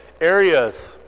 areas